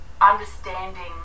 understanding